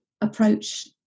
approach